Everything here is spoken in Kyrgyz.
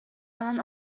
анан